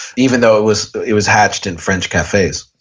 even though it was it was hatched in french cafes